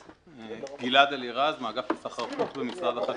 אני גלעד אלירז, מאגף לסחר חוץ במשרד החקלאות.